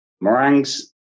meringues